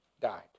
died